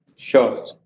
Sure